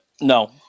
No